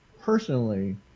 personally